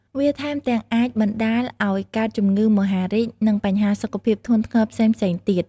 វាថែមទាំងអាចបណ្តាលឲ្យកើតជំងឺមហារីក និងបញ្ហាសុខភាពធ្ងន់ធ្ងរផ្សេងៗទៀត។